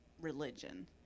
religion